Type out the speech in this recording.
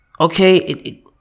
okay